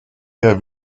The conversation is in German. der